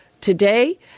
today